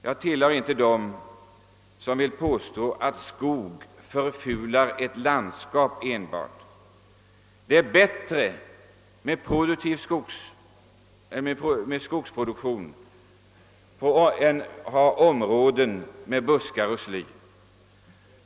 Jag tillhör inte dem som vill påstå att skog förfular ett landskap — det är bättre med skogsproduktion än att området blir bevuxet med buskar och sly.